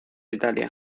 italia